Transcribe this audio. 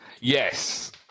Yes